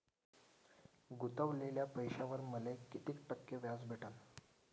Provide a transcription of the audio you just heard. गुतवलेल्या पैशावर मले कितीक टक्के व्याज भेटन?